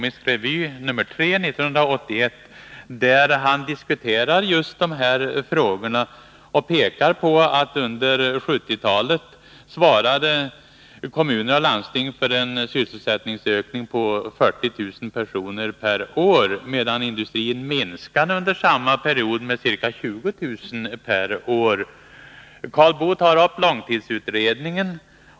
I den artikeln tar han upp just de här frågorna. Han pekar på att kommuner och landsting under 1970-talet svarade för en sysselsättningsökning på 40000 personer per år, medan industrin under samma period minskade sysselsättningen med ca 20 000 arbetstillfällen per år. Karl Boo nämnde långtidsutredningen.